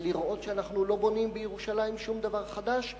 ולראות שאנחנו לא בונים בירושלים שום דבר חדש,